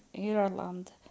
Ireland